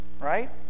right